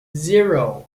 zero